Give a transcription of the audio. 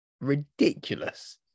ridiculous